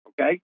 okay